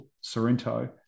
Sorrento